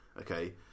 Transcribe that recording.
Okay